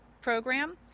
program